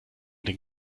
den